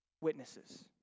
witnesses